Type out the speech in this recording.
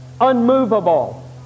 unmovable